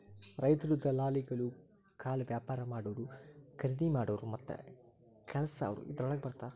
ರೈತ್ರು, ದಲಾಲಿಗಳು, ಕಾಳವ್ಯಾಪಾರಾ ಮಾಡಾವ್ರು, ಕರಿದಿಮಾಡಾವ್ರು ಮತ್ತ ಕಳಸಾವ್ರು ಇದ್ರೋಳಗ ಬರ್ತಾರ